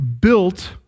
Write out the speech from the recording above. built